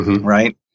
right